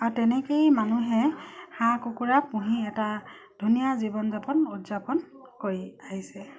আৰু তেনেকেই মানুহে হাঁহ কুকুৰা পুহি এটা ধুনীয়া জীৱন যাপন উদযাপন কৰি আহিছে